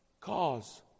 cause